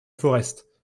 forrest